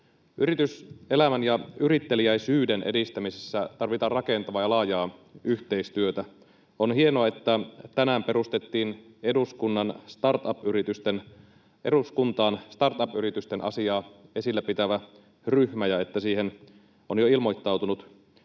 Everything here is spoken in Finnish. Yrityselämän ja yritteliäisyyden edistämisessä tarvitaan rakentavaa ja laajaa yhteistyötä. On hienoa, että tänään perustettiin eduskuntaan startup-yritysten asiaa esillä pitävä ryhmä ja että siihen on jo ilmoittautunut